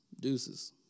deuces